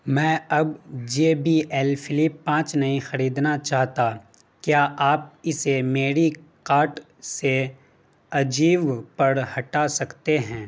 میں اب J B L Flip پانچ نہیں خریدنا چاہتا کیا آپ اسے میری کارٹ سے اجیو پر ہٹا سکتے ہیں